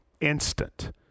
instant